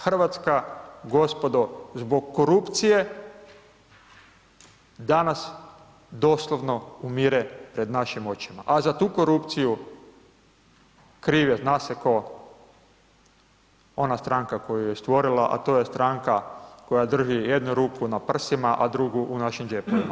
Hrvatska gospodo zbog korupcije, danas, doslovno umire pred našim očima, a za tu korupciju, kriv je zna se tko, ona stranka koju je stvorila, a to je stranka koja drži jednu ruku na prsima, a drugu u našim džepovima.